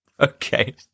Okay